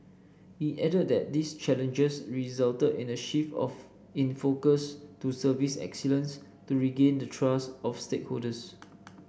he added that these challenges resulted in a shift of in focus to service excellence to regain the trust of stakeholders